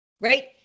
right